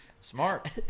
Smart